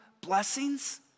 blessings